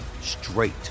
straight